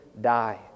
die